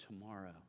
tomorrow